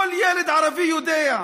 כל ילד ערבי יודע: